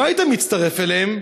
לא היית מצטרף אליהם.